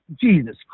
Jesus